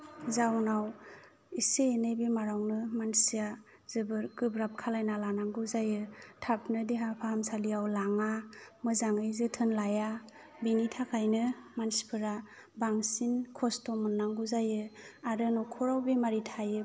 जाहोनाव एसे एनै बेमारावनो मानसिया जोबोद गोब्राब खालायनान लानांगौ जायो थाबनो देहा फाहामसालियाव लाङा मोजाङै जोथोन लाया बेनि थाखायनो मानसिफोरा बांसिन खस्थ' मोन्नांगौ जायो आरो न'खराव बेमारि थायोबा